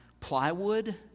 plywood